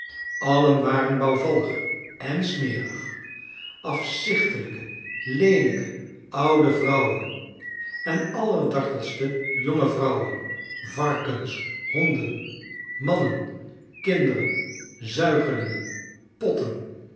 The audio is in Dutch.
alien waren bouwvallig en smerig afzichtelijk leelijke oude vrouwen en allerdartelste jonge vrouwen varkens honden mannen kinderen zuigelingen potten